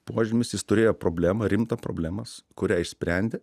požymis jis turėjo problemą rimtą problemas kurią išsprendė